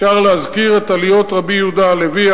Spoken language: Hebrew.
אפשר להזכיר את עליות רבי יהודה הלוי,